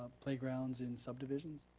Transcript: playgrounds in subdivisions?